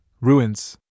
ruins